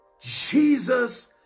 Jesus